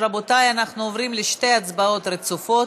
רבותי, אנחנו עוברים לשתי הצבעות רצופות.